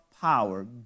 power